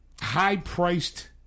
high-priced